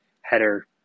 header